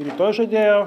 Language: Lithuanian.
rytoj žadėjo